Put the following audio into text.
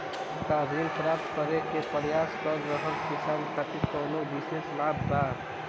का ऋण प्राप्त करे के प्रयास कर रहल किसान खातिर कउनो विशेष लाभ बा?